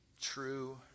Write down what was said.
true